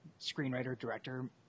screenwriter-director